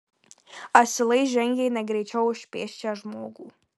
asilai žengė negreičiau už pėsčią žmogų